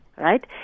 right